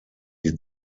die